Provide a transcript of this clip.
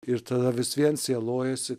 ir tada vis vien sielojasi